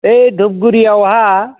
बै धुबगुरिआवहाय